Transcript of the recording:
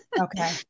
Okay